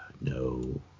no